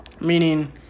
Meaning